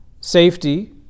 Safety